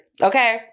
okay